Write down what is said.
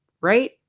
right